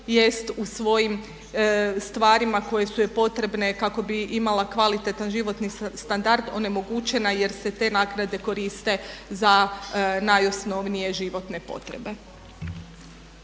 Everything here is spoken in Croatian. u svojim stvarima koje su joj potrebne kako bi imala kvalitetan životni standard onemogućena jer se te naknade koriste za najosnovnije životne potrebe.